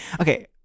Okay